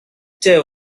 there